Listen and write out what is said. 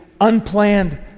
unplanned